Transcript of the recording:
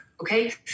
Okay